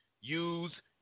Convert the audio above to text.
use